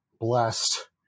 blessed